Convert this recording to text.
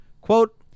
Quote